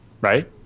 Right